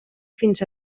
fins